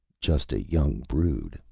just a young brood,